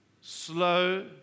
slow